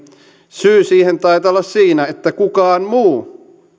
syy siihen taitaa olla siinä että kukaan muu